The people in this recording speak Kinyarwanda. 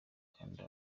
kanda